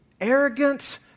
arrogant